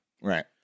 Right